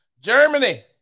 Germany